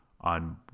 on